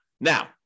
Now